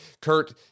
Kurt